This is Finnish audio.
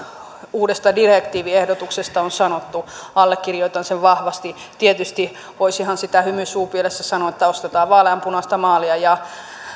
uudesta direktiiviehdotuksesta on sanottu allekirjoitan vahvasti tietysti voisihan sitä hymy suupielessä sanoa että ostetaan vaaleanpunaista maalia ja